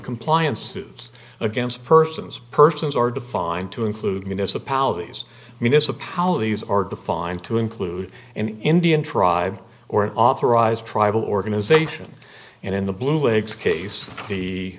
compliance suits against persons persons are defined to include municipalities municipalities are defined to include an indian tribe or an authorised tribal organisation and in the blue lakes case the